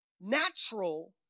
natural